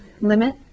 limit